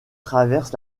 traverse